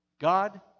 God